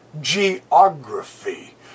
Geography